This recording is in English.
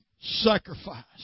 sacrifice